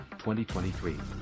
2023